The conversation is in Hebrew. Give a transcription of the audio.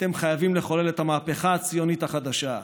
אתם חייבים לחולל את המהפכה הציונית החדשה.